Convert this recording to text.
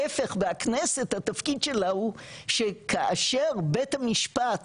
להיפך בכנסת התפקיד שלה הוא, שכאשר בית המשפט